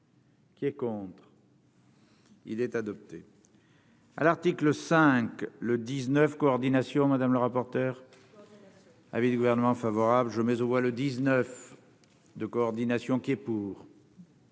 Qui est contre, il est adopté. à l'article 5 le 19 coordination madame le rapporteur. Coordination. Avis du Gouvernement favorable je mais au voit le 19 de coordination qui est pour.